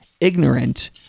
ignorant